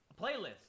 playlist